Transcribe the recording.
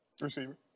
Receiver